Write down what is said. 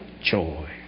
joy